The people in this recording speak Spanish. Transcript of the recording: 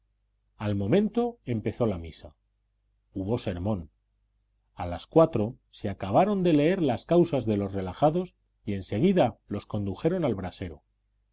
al momento empezó la misa hubo sermón a las cuatro se acabaron de leer las causas de los relajados y en seguida los condujeron al brasero